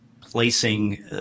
placing